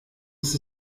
ist